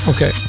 Okay